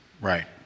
Right